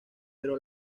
pero